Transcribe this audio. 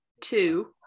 two